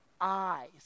eyes